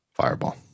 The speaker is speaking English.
fireball